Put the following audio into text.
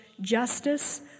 justice